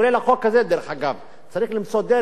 צריך למצוא דרך ליישם אותו,